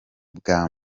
bwa